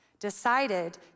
decided